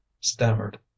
stammered